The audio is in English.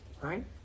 Right